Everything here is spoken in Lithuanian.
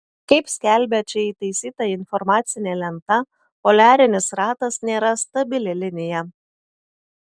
kaip skelbia čia įtaisyta informacinė lenta poliarinis ratas nėra stabili linija